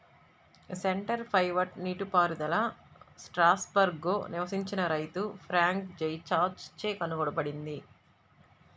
centre pivot నీటిపారుదల స్ట్రాస్బర్గ్లో నివసించిన రైతు ఫ్రాంక్ జైబాచ్ చే కనుగొనబడింది